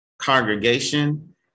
Congregation